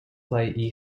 play